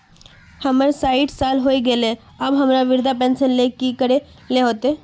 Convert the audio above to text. हमर सायट साल होय गले ते अब हमरा वृद्धा पेंशन ले की करे ले होते?